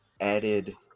added